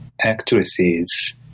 Actresses